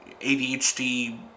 ADHD